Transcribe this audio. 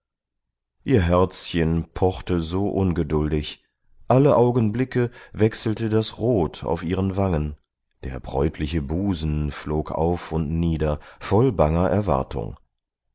ihr herzchen pochte so ungeduldig alle augenblicke wechselte das rot auf ihren wangen der bräutliche busen flog auf und nieder voll banger erwartung